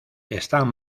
están